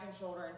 shoulder